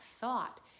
thought